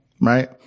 right